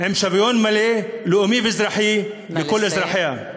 עם שוויון מלא, לאומי ואזרחי, לכל אזרחיה.